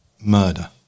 murder